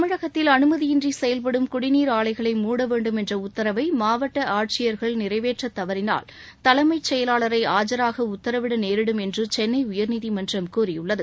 தமிழகத்தில் அனுமதியின்றி செயல்படும் குடிநீர் ஆலைகளை மூட வேண்டும் என்ற உத்தரவை மாவட்ட ஆட்சியர்கள் நிறைவேற்ற தவறினால் தலைமை செயலாளரை ஆஜாக உத்தரவிட நேரிடும் என்று சென்னை உயர்நீதிமன்றம் கூறியுள்ளது